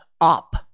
up